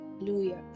hallelujah